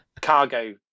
cargo